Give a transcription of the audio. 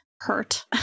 hurt